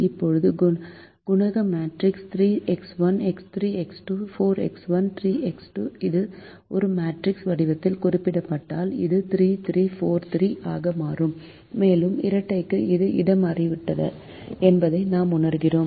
இப்போது குணக matrix 3X1 3X2 4X1 3X2 இது ஒரு மேட்ரிக்ஸ் வடிவத்தில் குறிப்பிடப்பட்டால் இது 3343 ஆக மாறும் மேலும் இரட்டைக்கு இது இடமாற்றமாகிவிட்டது என்பதை நாம் உணர்கிறோம்